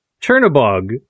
Turnabog